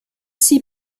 six